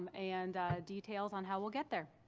and details on how we'll get there.